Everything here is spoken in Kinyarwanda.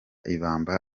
ibamba